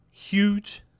Huge